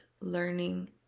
learning